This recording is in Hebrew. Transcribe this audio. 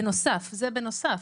זה בנוסף.